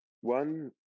One